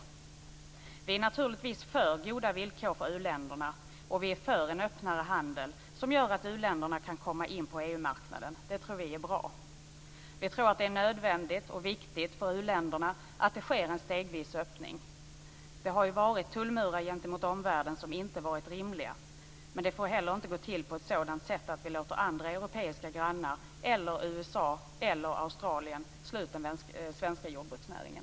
Vi är naturligtvis för goda villkor för u-länderna, och vi är för en öppnare handel som gör att uländerna kan komma in på EU-marknaden. Det tror vi är bra. Vi tror att det är nödvändigt och viktigt för uländerna att det sker en stegvis öppning. Det har ju varit tullmurar gentemot omvärlden som inte har varit rimliga. Men det får inte heller gå till på ett sådant sätt att vi låter andra europeiska grannar eller USA eller Australien slå ut den svenska jordbruksnäringen.